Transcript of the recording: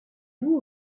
vous